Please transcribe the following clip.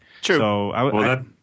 True